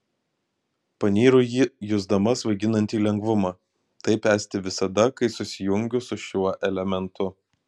panyru į jį jusdama svaiginantį lengvumą taip esti visada kai susijungiu su šiuo elementu